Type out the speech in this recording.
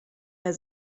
der